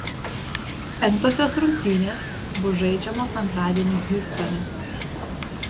penktosios rungtynės bus žaidžiamos antradienį hjustone